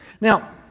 Now